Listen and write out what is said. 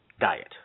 diet